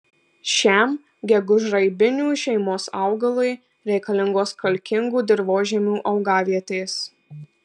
šiam gegužraibinių šeimos augalui reikalingos kalkingų dirvožemių augavietės